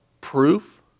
proof